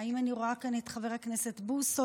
האם אני רואה כאן את חבר הכנסת בוסו?